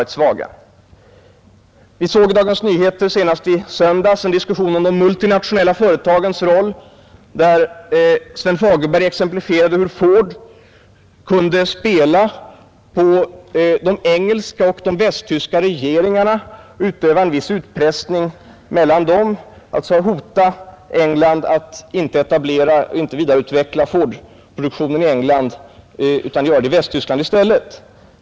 I Dagens Nyheter i söndags förekom en diskussion om de multinationella företagens roll, där Sven Fagerberg exemplifierade hur Ford kunde spela på de engelska och de västtyska regeringarna och utöva en viss utpressning på dem. Ford kunde hota att inte vidareutveckla sin produktion i England utan göra det i Västtyskland i stället.